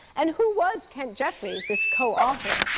and who was kent jeffreys, this co-author?